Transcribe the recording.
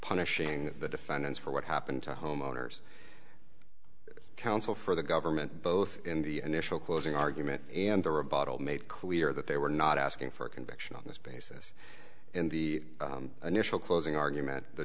punishing the defendants for what happened to homeowners counsel for the government both in the initial closing argument and the rebuttal made clear that they were not asking for a conviction on this basis in the initial closing argument the